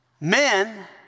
men